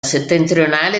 settentrionale